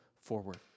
forward